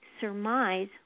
surmise